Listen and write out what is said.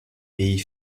pays